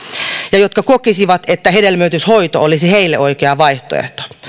ja jotka kokisivat että hedelmöityshoito olisi heille oikea vaihtoehto